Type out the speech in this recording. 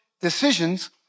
decisions